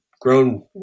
grown